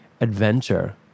adventure